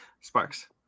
Sparks